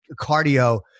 cardio